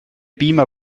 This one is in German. beamer